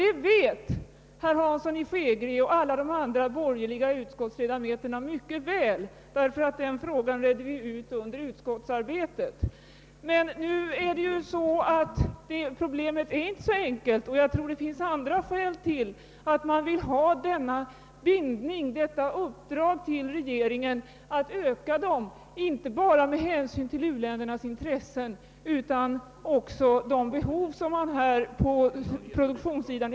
Det vet herr Hansson i Skegrie och alla andra borgerliga utskottsledamöter mycket väl, ty den frågan redde vi ut un der utskottsarbetet. Men problemet är inte så enkelt, och jag tror att det finns andra skäl för att man vill ha detta uppdrag till regeringen att öka leveranserna inte bara med hänsyn till uländernas intressen utan även med hänsyn till de intressen som man anser sig ha på produktionssidan.